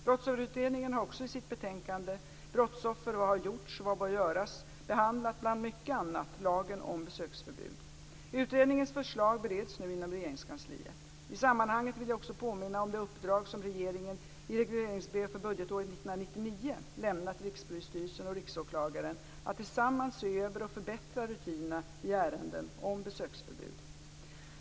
Brottsofferutredningen har också i sitt betänkande Brottsoffer - Vad har gjorts? Vad bör göras? behandlat, bland mycket annat, lagen om besöksförbud. Utredningens förslag bereds nu inom Regeringskansliet. I sammanhanget vill jag också påminna om det uppdrag som regeringen, i regleringsbrev för budgetåret 1999, lämnat till Rikspolisstyrelsen och Riksåklagaren att tillsammans se över och förbättra rutinerna i ärenden om besöksförbud.